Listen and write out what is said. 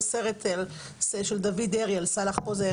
לא תיקי פרט או תיקי פרשה,